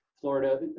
Florida